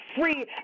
free